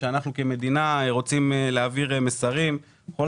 שאנחנו כמדינה רוצים להעביר מסרים בכל